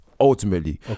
ultimately